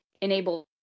enable